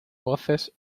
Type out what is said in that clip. voces